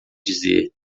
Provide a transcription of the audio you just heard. dizer